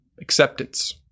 acceptance